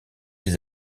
des